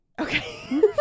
Okay